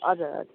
हजुर हजुर